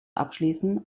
abschließen